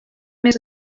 més